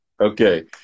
Okay